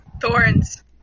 thorns